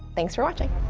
thanks for watching!